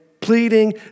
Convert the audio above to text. pleading